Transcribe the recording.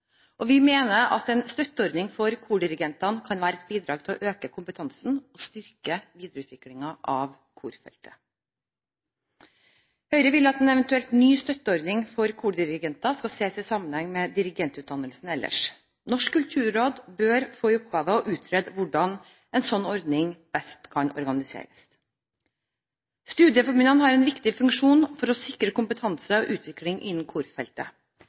Vi mener at en støtteordning for kordirigentene kan være et bidrag til å øke kompetansen og styrke videreutviklingen av korfeltet. Høyre vil at en eventuelt ny støtteordning for kordirigenter skal ses i sammenheng med dirigentutdannelsen ellers. Norsk kulturråd bør få i oppgave å utrede hvordan en slik ordning best kan organiseres. Studieforbundene har en viktig funksjon for å sikre kompetanse og utvikling innen korfeltet.